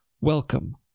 Welcome